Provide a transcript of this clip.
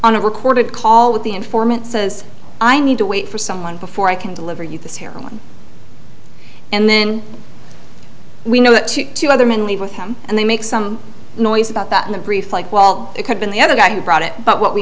on a recorded call with the informant says i need to wait for someone before i can deliver you this heroin and then we know that two other men leave with him and they make some noise about that in the brief like while it had been the other guy who brought it but what we